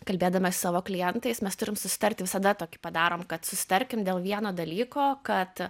kalbėdami su savo klientais mes turim susitarti visada tokį padarom kad susitarkim dėl vieno dalyko kad